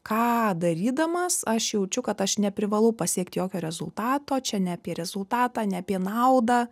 ką darydamas aš jaučiu kad aš neprivalau pasiekti jokio rezultato čia ne apie rezultatą ne apie naudą